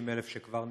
350,000 שכבר נפלטו,